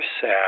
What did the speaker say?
sad